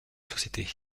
société